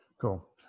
Cool